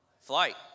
flight